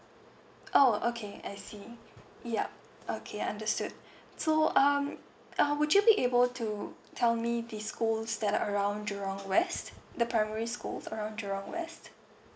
oh okay I see yup okay understood so um uh would you be able to tell me the schools that are around jurong west the primary schools around jurong west